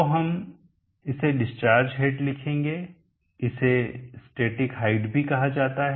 तो हम इसे डिस्चार्ज हेड लिखेंगे इसे स्टैटिक हाइट भी कहा जाता है